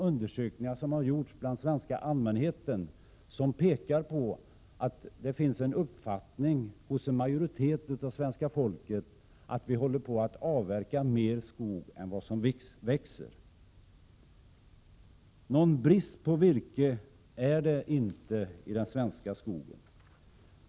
Undersökningar som har gjorts bland den svenska allmänheten visar att en majoritet av svenska folket anser att vi avverkar mer skog än den som planteras och växer upp. Det är viktigt att slå fast detta. Vi har inte brist på virke i skogen.